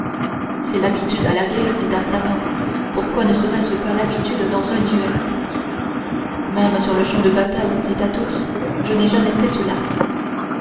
c'est l'habitude à la guerre dit d'artagnan pourquoi ne serait-ce pas l'habitude dans un duel même sur le champ de bataille dit athos je n'ai jamais fait cela